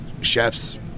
chefs